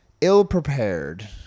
ill-prepared